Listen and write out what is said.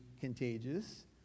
contagious